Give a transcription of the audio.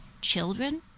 children